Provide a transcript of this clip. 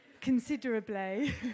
Considerably